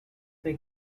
they